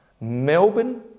Melbourne